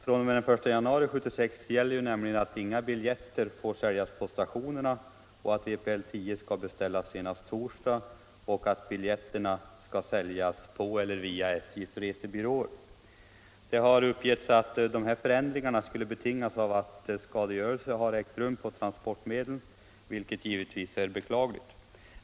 fr.o.m. den 1 januari 1976 gäller nämligen att vpl 10-biljetter inte får säljas på stationerna, att sådan biljett skall beställas senast torsdag och att biljetterna skall säljas på eller via SJ:s resebyråer. Det har uppgetts att dessa förändringar skulle betingas av att skadegörelse ägt rum på transportmedlen, och sådant är naturligtvis beklagligt.